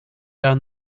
down